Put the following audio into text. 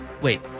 Wait